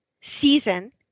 season